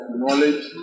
knowledge